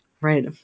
Right